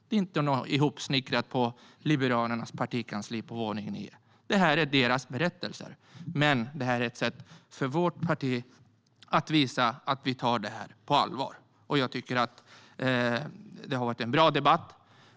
Det är inte något hopsnickrat på Liberalernas partikansli på våning 9. Det här är deras berättelser, och det här är ett sätt för vårt parti att visa att vi tar dessa frågor på allvar. Det har varit en bra debatt.